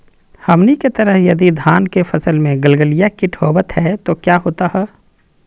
हमनी के तरह यदि धान के फसल में गलगलिया किट होबत है तो क्या होता ह?